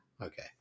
okay